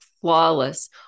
flawless